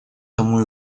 тому